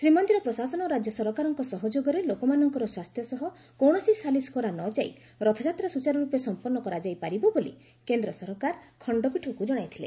ଶ୍ରୀମନ୍ଦିର ପ୍ରଶାସନ ଓ ରାଜ୍ୟ ସରକାରଙ୍କ ସହଯୋଗରେ ଲୋକମାନଙ୍କର ସ୍ୱାସ୍ଥ୍ୟ ସହ କୌଣସି ସାଲିସ୍ କରା ନ ଯାଇ ରଥଯାତ୍ରା ସୁଚାରୁର୍ଚ୍ଚପେ ସମ୍ପନ୍ନ କରାଯାଇପାରିବ ବୋଲି କେନ୍ଦ୍ର ସରକାର ଖଣ୍ଡପୀଠଙ୍କୁ ଜଣାଇଥିଲେ